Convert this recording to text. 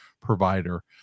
provider